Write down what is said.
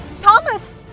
Thomas